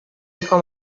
hijo